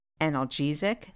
analgesic